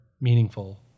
meaningful